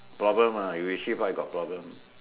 problem ah you shift right you got problem